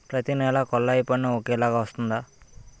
ప్రతి నెల కొల్లాయి పన్ను ఒకలాగే వస్తుందా?